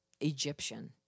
Egyptian